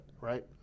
right